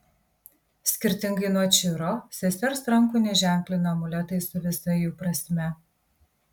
skirtingai nuo čiro sesers rankų neženklino amuletai su visa jų prasme